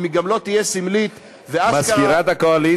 אם היא גם לא תהיה סמלית ואשכרה --- מזכירת הקואליציה,